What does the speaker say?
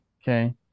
Okay